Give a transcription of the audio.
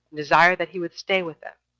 desired that he would stay with them,